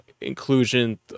inclusion